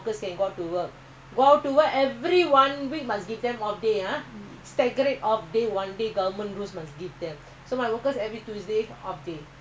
test ya how many days they working can your parents make money until now you swab test is now